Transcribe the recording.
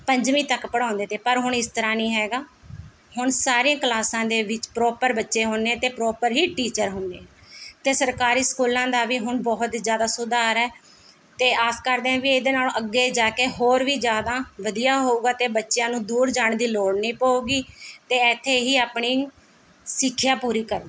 ਪੰਜਵੀਂ ਤੱਕ ਪੜ੍ਹਾਉਂਦੇ ਤੇ ਪਰ ਹੁਣ ਇਸ ਤਰ੍ਹਾਂ ਨਹੀਂ ਹੈਗਾ ਹੁਣ ਸਾਰੀਆਂ ਕਲਾਸਾਂ ਦੇ ਵਿੱਚ ਪਰੋਪਰ ਬੱਚੇ ਹੁੰਦੇ ਅਤੇ ਪਰੋਪਰ ਹੀ ਟੀਚਰ ਹੁੰਦੇ ਅਤੇ ਸਰਕਾਰੀ ਸਕੂਲਾਂ ਦਾ ਵੀ ਹੁਣ ਬਹੁਤ ਹੀ ਜ਼ਿਆਦਾ ਸੁਧਾਰ ਹੈ ਅਤੇ ਆਸ ਕਰਦੇ ਹਾਂ ਵੀ ਇਹਦੇ ਨਾਲੋਂ ਅੱਗੇ ਜਾ ਕੇ ਹੋਰ ਵੀ ਜ਼ਿਆਦਾ ਵਧੀਆ ਹੋਵੇਗਾ ਅਤੇ ਬੱਚਿਆਂ ਨੂੰ ਦੂਰ ਜਾਣ ਦੀ ਲੋੜ ਨੀ ਪਵੇਗੀ ਅਤੇ ਇੱਥੇ ਹੀ ਆਪਣੀ ਸਿੱਖਿਆ ਪੂਰੀ ਕਰੂਗੇ